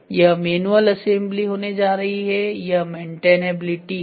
यह manual assembly होने जा रही है यह मेंटेनेबिलिटी है